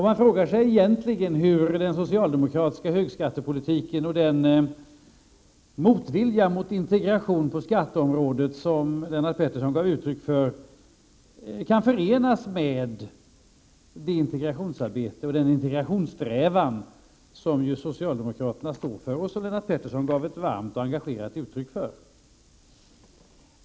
Man frågar sig hur den socialdemokratiska högskattepolitiken och den motvilja mot integration på skatteområdet som Lennart Pettersson gav uttryck för egentligen kan förenas med det integrationsarbete och den integrationssträvan som socialdemokraterna står för och som Lennart Pettersson gav ett varmt och engagerat uttryck för.